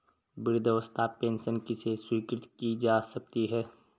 वृद्धावस्था पेंशन किसे स्वीकृत की जा सकती है?